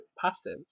passive